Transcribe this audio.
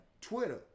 Twitter